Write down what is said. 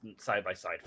side-by-side